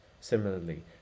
Similarly